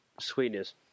Sweetness